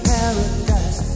paradise